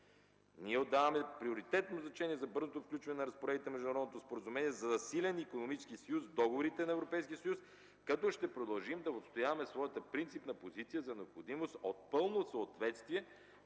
Ние отдаваме приоритетно значение за бързото включване на разпоредбите в Международното споразумение за засилен икономически съюз в договорите на Европейския съюз, като ще продължим да отстояваме своята принципна позиция за необходимост от пълно съответствие